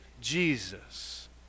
Jesus